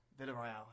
Villarreal